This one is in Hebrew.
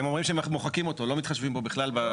הם אומרים שמוחקים אותו, לא מתחשבים בו בכלל.